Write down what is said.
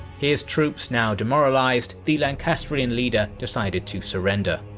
his troops now demoralized, the lancastrian leader decided to surrender.